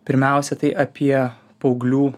pirmiausia tai apie paauglių